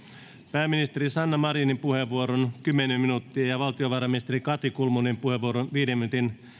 pääministeri sanna marinin puheenvuoron kymmenen minuuttia ja ja valtiovarainministeri katri kulmunin puheenvuoron viisi minuuttia